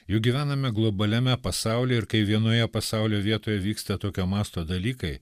juk gyvename globaliame pasaulyje ir kai vienoje pasaulio vietoje vyksta tokio masto dalykai